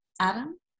Adam